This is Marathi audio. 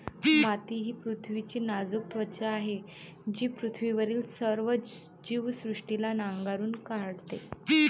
माती ही पृथ्वीची नाजूक त्वचा आहे जी पृथ्वीवरील सर्व जीवसृष्टीला नांगरून टाकते